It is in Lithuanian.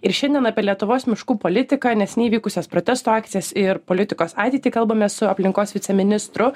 ir šiandien apie lietuvos miškų politiką neseniai vykusias protesto akcijas ir politikos ateitį kalbamės su aplinkos viceministru